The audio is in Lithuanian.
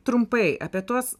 trumpai apie tuos